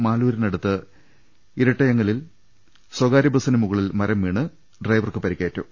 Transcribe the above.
മാലൂരിനടുത്ത് ഇരട്ടയങ്ങലിൽ സ്വകാര്യ ബസിന് മുകളിൽ മരം വീണ് ഡ്രൈവർക്ക് പരി ക്കേറ്റു